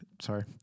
Sorry